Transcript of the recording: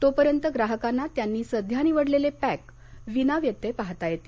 तोपर्यंत प्राहकांना त्यांनी सध्या निवडलेले पॅक विनाव्यत्यय पाहता येतील